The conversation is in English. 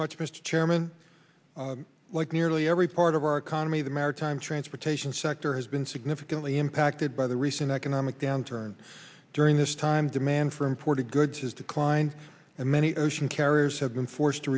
much mr chairman like nearly every part of our economy the maritime transportation sector has been significantly impacted by the recent economic downturn during this time demand for imported goods has declined and many ocean carriers have been forced to